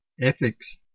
Ethics